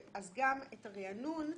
גם את הריענון,